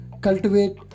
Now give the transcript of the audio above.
cultivate